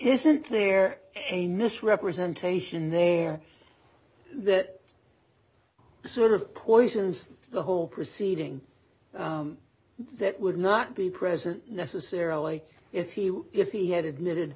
isn't there a misrepresentation there that sort of poisons the whole proceeding that would not be present necessarily if you if he had admitted